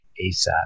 ASAP